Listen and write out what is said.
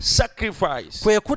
sacrifice